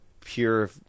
pure